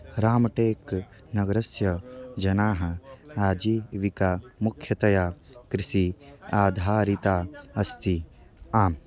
रामटेक् नगरस्य जनाः आजीविका मुख्यतया कृषि आधारिता अस्ति आम्